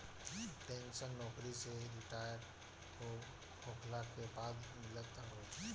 pension नोकरी से retire होखला के बाद मिलत हवे